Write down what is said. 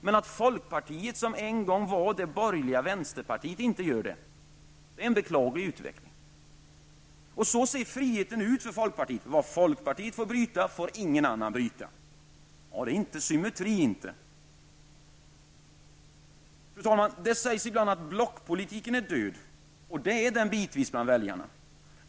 Men att folkpartiet, som en gång var det borgerliga vänsterpartiet, inte gör det är en beklaglig utveckling. Så ser alltså friheten enligt folkpartiet. Vad folkpartiet får bryta, får ingen annan bryta. Ja, här finns det inte någon symmetri. Fru talman! Det sägs ibland att blockpolitiken är död. Och det är den bitvis bland väljarna.